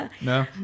No